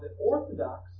Orthodox